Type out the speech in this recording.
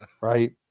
right